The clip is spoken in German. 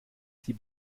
sie